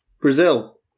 Brazil